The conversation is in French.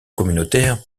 communautaire